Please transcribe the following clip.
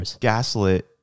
gaslit